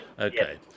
Okay